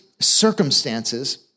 circumstances